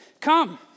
Come